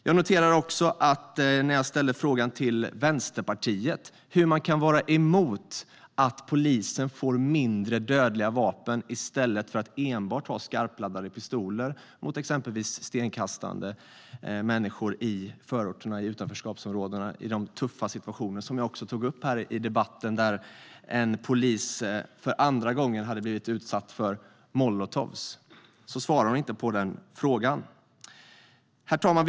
Jag ställde frågan till Vänsterpartiet om hur man kan vara emot att polisen får mindre dödliga vapen i stället för att enbart ha skarpladdade pistoler i de tuffa situationer som uppstår med exempelvis stenkastande människor i utanförskapsområdena. Jag tog upp ett exempel här i debatten med en polis som för andra gången hade blivit utsatt för molotovcocktailar. Vänsterpartiets representant i debatten svarade inte på min fråga. Herr talman!